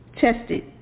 tested